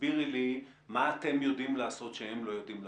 תסבירי לי מה אתם יודעים לעשות שהם לא יודעים לעשות.